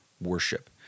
worship